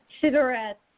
cigarettes